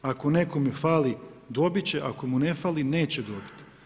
Ako nekome fali dobit će, ako mu ne fali neće dobiti.